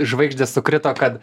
žvaigždės sukrito kad